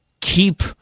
keep